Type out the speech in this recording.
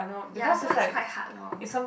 ya so is quite hard lor